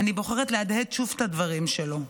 אני בוחרת להדהד שוב את הדברים שלו,